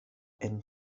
and